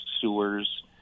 sewers